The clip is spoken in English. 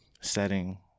setting